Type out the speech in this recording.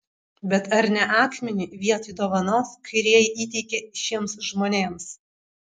bet ar ne akmenį vietoj dovanos kairieji įteikė šiems žmonėms